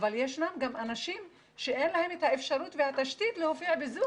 אבל יש גם אנשים שאין להם האפשרות והתשתית להופיע ב"זום".